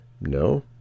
No